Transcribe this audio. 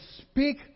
Speak